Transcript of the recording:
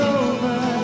over